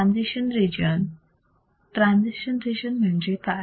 transition region transition region म्हणजे काय